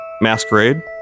Masquerade